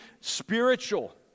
spiritual